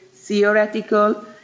theoretical